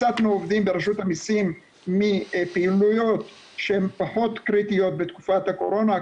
הסטנו עובדים ברשות המסים מפעילויות שהן פחות קריטיות בתקופת הקורונה,